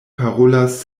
parolas